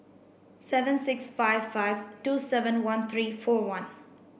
seven six five five two seven one three four one